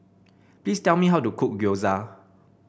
please tell me how to cook Gyoza